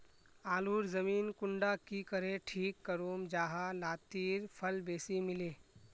आलूर जमीन कुंडा की करे ठीक करूम जाहा लात्तिर फल बेसी मिले?